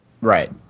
Right